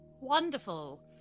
Wonderful